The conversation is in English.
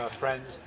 friends